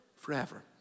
forever